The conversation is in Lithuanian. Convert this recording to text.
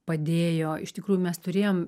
padėjo iš tikrųjų mes turėjom